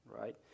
right